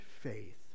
faith